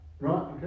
right